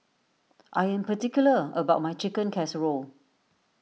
I am particular about my Chicken Casserole